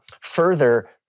further